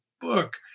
book